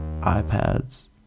iPads